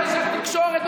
אחרי שהתקשורת,